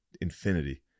infinity